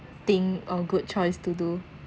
thing or good choice to do